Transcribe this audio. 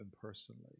personally